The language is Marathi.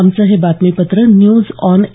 आमचं हे बातमीपत्र न्यूज ऑन ए